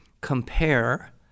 compare